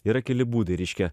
yra keli būdai reiškia